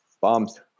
bombs